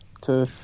two